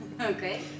okay